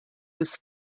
was